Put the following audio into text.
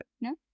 no